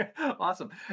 Awesome